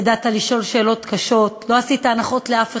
ידעת לשאול שאלות קשות, לא עשית הנחות לאף אחד,